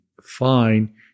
fine